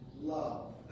love